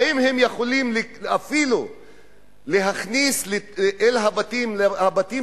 האם הם יכולים להכניס חומרי בניין לבתים